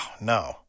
no